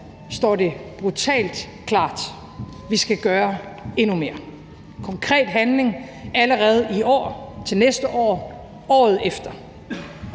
står det brutalt klart: Vi skal gøre endnu mere – konkret handling allerede i år, til næste år og året efter.